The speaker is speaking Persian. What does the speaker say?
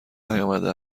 نیامده